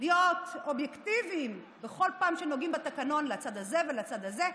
להיות אובייקטיביים בכל פעם שנוגעים בתקנון לצד הזה ולצד הזה,